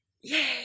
Yay